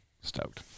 stoked